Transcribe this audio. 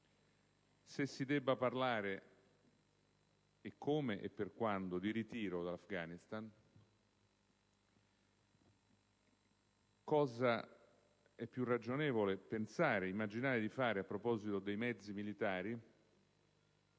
se si debba parlare (e come e per quando) di ritiro dall'Afghanistan; cosa è più ragionevole immaginare di fare a proposito dei mezzi militari;